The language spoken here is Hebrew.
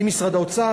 עם משרד האוצר,